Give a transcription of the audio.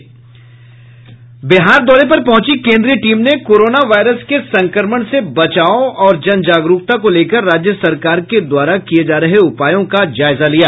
बिहार दौरे पर पहुंची केन्द्रीय टीम ने कोरोना वायरस के संक्रमण से बचाव और जनजागरूकता को लेकर राज्य सरकार के द्वारा किये जा रहे उपायों का जायजा लिया